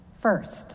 First